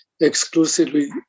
exclusively